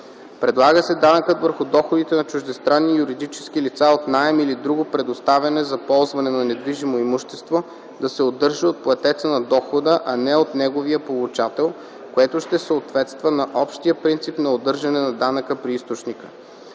Предлага се данъкът върху доходите на чуждестранни юридически лица от наем или друго предоставяне за ползване на недвижимо имущество да се удържа от платеца на дохода, а не от неговия получател, което ще съответства на общия принцип на удържане на данъка при източника.